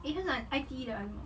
eh 他是拿 I_T_E 的还是什么